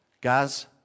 Guys